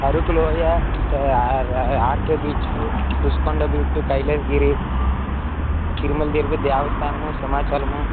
అరకు లోయ RK beach Rushikonda beach Kailas Giri Tirumala Tirupati దేవస్థానము సింహాచలము